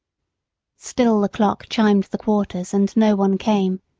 still the clock chimed the quarters, and no one came.